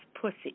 pussy